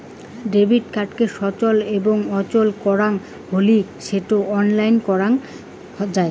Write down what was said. debit কার্ডকে সচল এবং অচল করাং হলি সেটো অনলাইনে করাং যাই